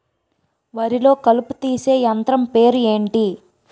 వరి లొ కలుపు తీసే యంత్రం పేరు ఎంటి?